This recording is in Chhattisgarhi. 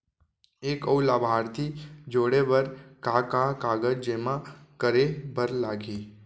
एक अऊ लाभार्थी जोड़े बर का का कागज जेमा करे बर लागही?